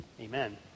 Amen